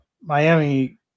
Miami